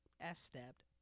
ass-stabbed